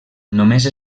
només